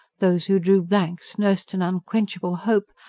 those who drew blanks nursed an unquenchable hope,